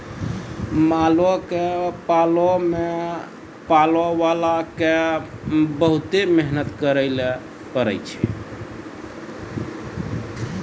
मालो क पालै मे पालैबाला क बहुते मेहनत करैले पड़ै छै